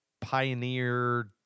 pioneer